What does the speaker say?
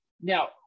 Now